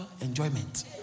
enjoyment